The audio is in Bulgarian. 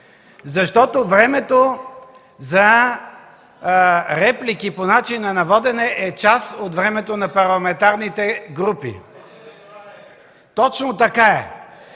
защото времето за реплики по начина на водене е част от времето на парламентарните групи. ГЕОРГИ